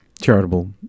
charitable